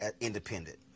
Independent